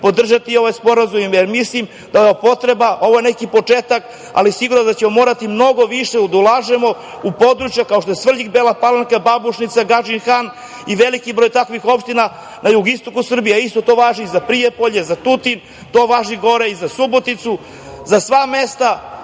podržati ovaj sporazum, jer mislim da je ovo potreba, ovo je neki početak, ali sigurno da ćemo morati mnogo više da ulažemo u područja kao što je Srvljig, Bela Palanka, Babušnica, Gadžin Han i veliki broj takvih opština na jugoistoku Srbije, a isto to važi za Prijepolje, za Tutin, to važi i za Suboticu, za sva mesta